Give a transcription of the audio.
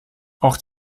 auch